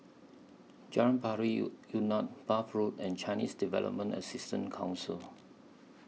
Jalan Pari Unak Bath Road and Chinese Development Assistance Council